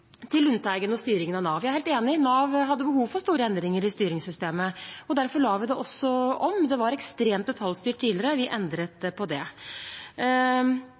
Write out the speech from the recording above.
Til Lundteigen og styringen av Nav: Jeg er helt enig, Nav hadde behov for store endringer i styringssystemet. Derfor la vi det også om. Det var ekstremt detaljstyrt tidligere, vi endret det.